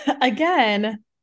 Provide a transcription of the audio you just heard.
again